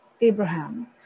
Abraham